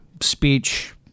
speech